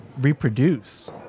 reproduce